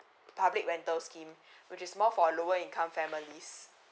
public rental scheme which is more for lower income families